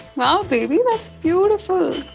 wow baby, that's beautiful!